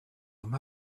him